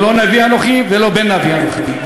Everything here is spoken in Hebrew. לא נביא אנוכי ולא בן נביא אנוכי.